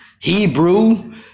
Hebrew